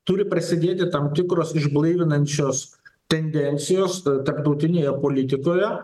turi prasidėti tam tikros išblaivinančios tendencijos tarptautinėje politikoje